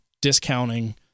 discounting